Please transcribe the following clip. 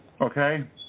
Okay